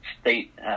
state